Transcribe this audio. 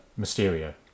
Mysterio